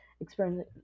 experiencing